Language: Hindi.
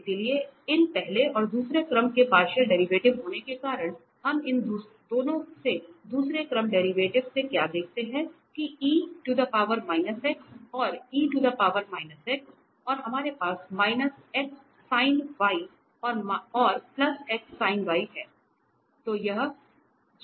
इसलिए इन पहले और दूसरे क्रम के पार्शियल डेरिवेटिव होने के कारण हम इन दोनों से दूसरे क्रम डेरिवेटिव से क्या देखते हैं की और और हमारे पास x sin y और x sin y है